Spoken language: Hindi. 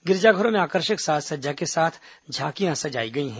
गिरिजाधरों में आकर्षक साज सज्जा के साथ झांकियां सजाई गई हैं